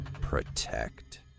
Protect